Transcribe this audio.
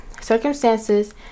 Circumstances